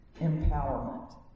empowerment